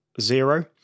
zero